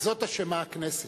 בזה אשמה הכנסת.